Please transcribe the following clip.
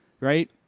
right